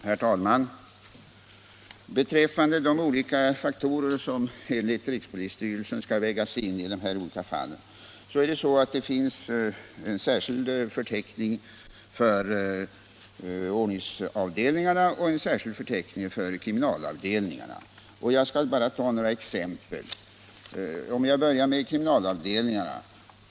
Herr talman! Beträffande de olika faktorer som enligt rikspolisstyrelsen skall vägas in finns det en särskild förteckning för ordningsavdelningarna och en särskild förteckning för kriminalavdelningarna. Jag skall bara ta några exempel. Jag börjar med kriminalavdelningarna.